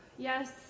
Yes